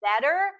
better